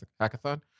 hackathon